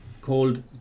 called